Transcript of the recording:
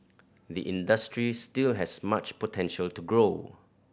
the industry still has much potential to grow